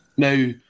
Now